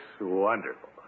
wonderful